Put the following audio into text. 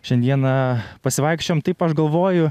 šiandieną pasivaikščiojom taip aš galvoju